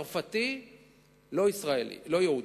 צרפתי לא-יהודי,